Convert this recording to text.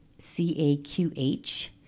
CAQH